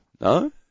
No